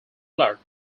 clark